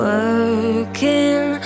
Working